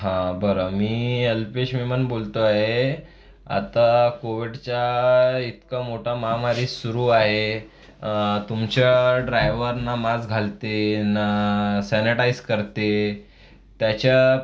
हा बरं मी अल्पेश विमन बोलतो आहे आता कोविडच्या इतकं मोठं महामारी सुरू आहे तुमच्या ड्रायव्हरनं मास्क घालते ना सॅनेटाईज करते त्याच्या